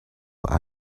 would